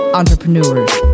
entrepreneurs